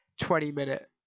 20-minute